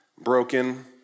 broken